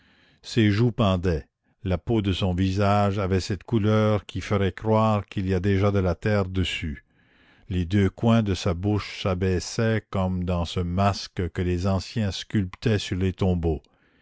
ses joues pendaient la peau de son visage avait cette couleur qui ferait croire qu'il y a déjà de la terre dessus les deux coins de sa bouche s'abaissaient comme dans ce masque que les anciens sculptaient sur les tombeaux